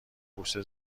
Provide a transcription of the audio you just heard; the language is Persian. بوسه